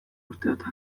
urteotan